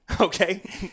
okay